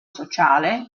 sociale